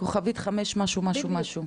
כוכבית 5 משהו משהו משהו.